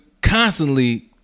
constantly